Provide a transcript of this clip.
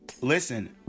listen